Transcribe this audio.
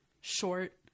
short